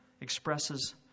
expresses